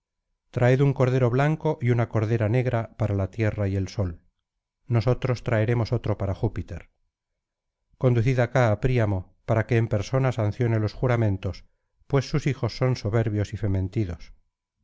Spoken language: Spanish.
traed un cordero blanco y una cordera negra para la tierra y el sol nosotros traeremos otro para júpiter conducid acá á príamo para que en persona sancione los juramentos pues sus hijos son soberbios y fementidos